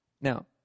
Now